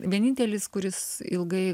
vienintelis kuris ilgai